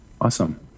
Awesome